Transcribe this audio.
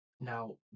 Now